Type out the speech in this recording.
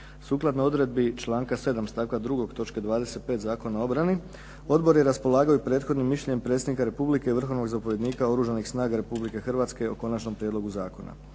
Sukladno odredbi članka 7. stavka 2. točke 25. Zakona o obrani, Odbor je raspolagao i prethodnim mišljenjem predsjednika Republike i vrhovnog zapovjednika Oružanih snaga Republike Hrvatske, o konačnom prijedlogu zakona.